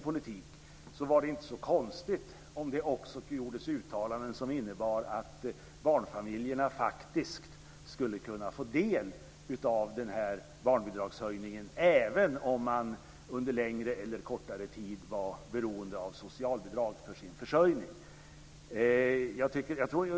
Då var det inte så konstigt att det gjordes uttalanden som innebar att barnfamiljerna borde få del av barnbidragshöjningen, även om de under längre eller kortare tid varit beroende av socialbidrag för sin försörjning.